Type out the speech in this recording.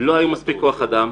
לא היה מספיק כוח אדם,